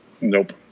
Nope